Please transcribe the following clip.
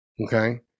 okay